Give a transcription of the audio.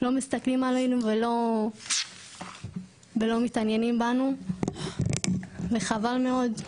לא מסתכלים עלינו ולא מתעניינים בנו וחבל מאוד.